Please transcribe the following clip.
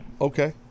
Okay